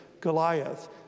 goliath